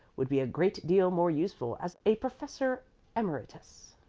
would be a great deal more useful as a professor emeritus.